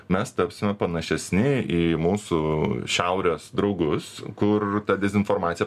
mes tapsime panašesni į mūsų šiaurės draugus kur ta dezinformacija